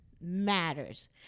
matters